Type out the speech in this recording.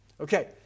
Okay